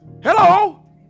Hello